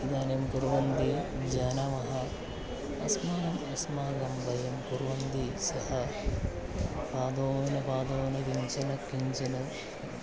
इदानीं कुर्वन्ति जानीमः अस्माकम् अस्माकं वयं कुर्वन्ति सः पादोन पादोन किञ्चन किञ्चन